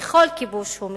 וכל כיבוש הוא מכוער.